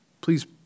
please